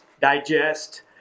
digest